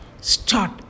start